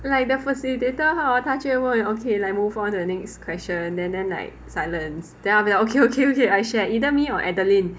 like the facilitator hor 他就会问 okay like move on to the next question and then like silence then after that okay okay okay I share either me or adeline